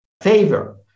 favor